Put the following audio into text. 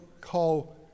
call